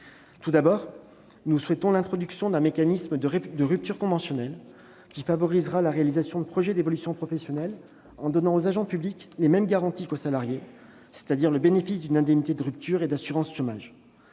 Tout d'abord, nous souhaitons l'introduction d'un mécanisme de rupture conventionnelle, afin de favoriser la réalisation de projets d'évolution professionnelle des agents publics en leur donnant les mêmes garanties qu'aux salariés : le bénéfice d'une indemnité de rupture et de l'assurance chômage.